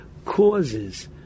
causes